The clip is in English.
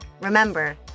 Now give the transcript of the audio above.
remember